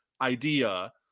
idea